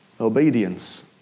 Obedience